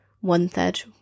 one-third